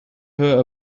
her